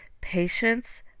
patience